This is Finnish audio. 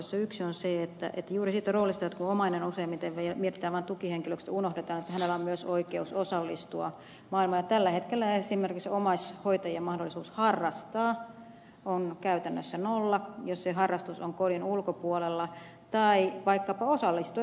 yksi on se että juuri siitä roolista kun omainen useimmiten mielletään vain tukihenkilöksi unohdetaan että hänellä on myös oikeus osallistua maailmaan ja tällä hetkellä esimerkiksi omaishoitajien mahdollisuus harrastaa on käytännössä nolla jos se harrastus on kodin ulkopuolella tai vaikkapa osallistua yhteiskunnallisesti